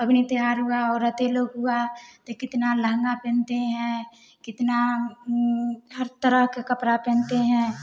पवनि त्यौहार हुआ औरते लोग हुआ ते कितना लहंगा पहनते हैं कितना हर तरह का कपड़ा पहनते हैं